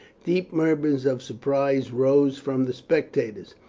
deep murmurs of surprise rose from the spectators.